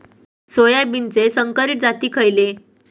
सोयाबीनचे संकरित जाती खयले?